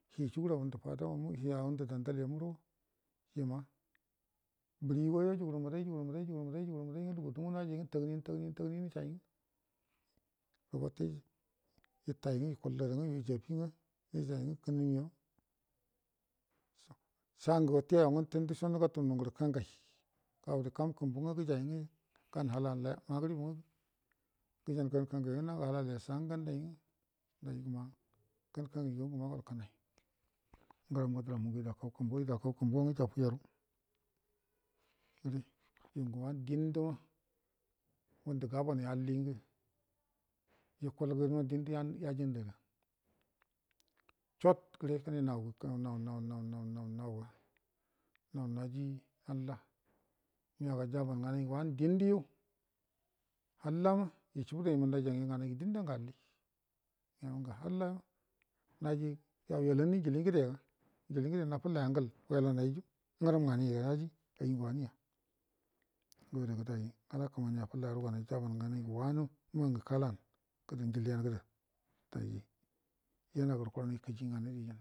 Hi shugura ngundu fadaumu hiya ngundu daudalmamura ima buruggo ijugurə mbədai ijugurə mbədai ijugurə mbədai nga lugu dumu najai nga dagəni tagəni nga ijai nga wute itai nga yukullai nga yu ijafi nga ijai nga kənumyo sangə wute yau nga wuto nduso nugartu ugərə kangai gaudə kam kumbu nga gəjai nga gan hala magəriba nga gəjan gan kangai nga naga hela lesa nga gandai nga gan kangai ngagu nga gol kənai ngəramgo dəran idakan kumbu idakan kumbu nga ijugu yaru yungə wanə dindəma ngundə gabonai alli ngə yukulgə nga dində yagandə aida chot gəre kəne nauga nau-nau-nau-nau-nauga nau naji halla mega jaban nganai ngə wanə dində du hallama ishubu iməndai ja nya nganai ngə dində mangə alli migan ngə halla naji yan yalanni njilə ngə dega njili ngəde nafullai angal wailanaju ngəram nganai yaji aimgə wanəya ngo adaga dai da kəmani affullai aruganai jaman nganai ngə wanə mangə kalan gədə njiliyan gədə dai yanagə kuran kəji nganai gədə ijan.